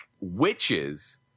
witches